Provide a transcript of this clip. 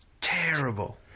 terrible